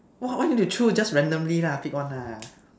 !wah! why you need to choose just randomly lah pick one lah